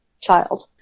child